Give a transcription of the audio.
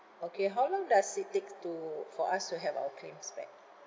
okay how long does it take to for us to have our claims back